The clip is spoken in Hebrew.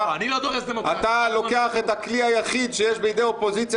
אתה לוקח את הכלי היחיד שיש בידי אופוזיציה